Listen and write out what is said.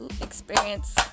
experience